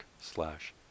slash